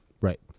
Right